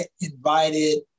invited